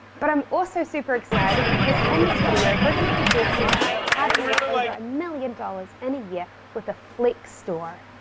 but i'm also super excited because in this video we're gonna be talking about how to make over a million dollars in a year with a flex store.